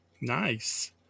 Nice